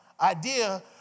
idea